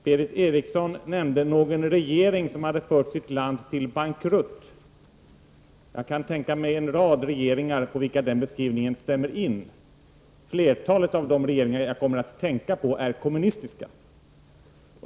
Berith Eriksson nämnde någon regering som hade fört sitt land till bankrutt. Jag kan tänka mig en rad regeringar på vilka den beskrivningen stämmer. Flertalet av de regeringar jag då kommer att tänka på är kommunistiska.